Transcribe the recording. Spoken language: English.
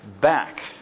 back